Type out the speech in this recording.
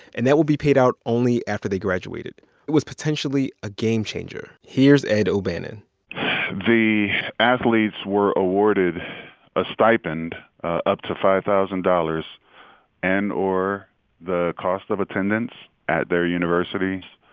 and that will be paid out only after they graduated. it was potentially a game-changer. here's ed o'bannon the athletes were awarded a stipend up to five thousand dollars and or the cost of attendance at their universities.